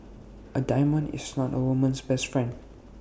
A diamond is not A woman's best friend